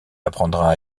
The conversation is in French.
apprendra